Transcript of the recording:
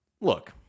Look